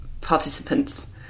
participants